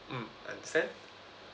mm understand